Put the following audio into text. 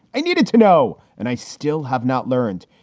i needed to know, and i still have not learned.